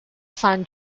son